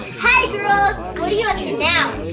hi girls! what are you up to now?